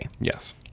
Yes